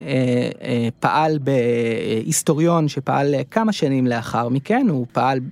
פעל ב... היסטוריון שפעל כמה שנים לאחר מכן, הוא פעל